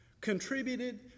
contributed